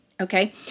okay